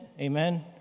Amen